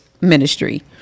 ministry